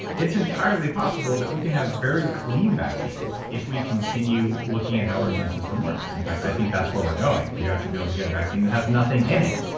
it's entirely possible that we can have very clean vaccines if we continue looking at how our immune system works. in fact, i think that's where we're going. we will actually be able to get a vaccine that has nothing in it,